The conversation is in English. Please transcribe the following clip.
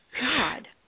God